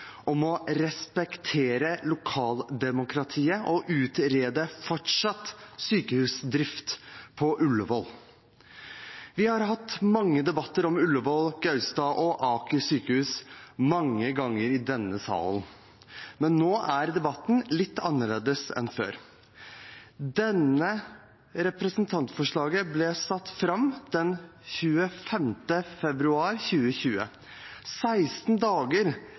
om å respektere lokaldemokratiet og utrede fortsatt sykehusdrift på Ullevål. Vi har hatt debatter om Ullevål, Gaustad og Aker sykehus mange ganger i denne salen, men nå er debatten litt annerledes enn før. Dette representantforslaget ble satt fram den 25. februar 2020. 16 dager